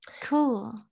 Cool